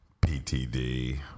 PTD